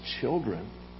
children